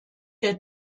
der